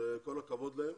כל הכבוד להם.